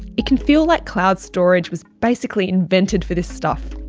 it can feel like cloud storage was basically invented for this stuff.